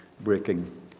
breaking